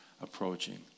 approaching